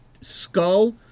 skull